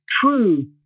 true